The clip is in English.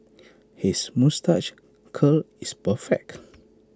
his moustache curl is perfect